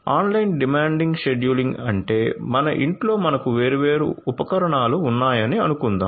online demand scheduling అంటే మనక ఇంట్లో మనకు వేర్వేరు ఉపకరణాలు ఉన్నాయని అనుకుందాం